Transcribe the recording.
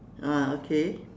ah okay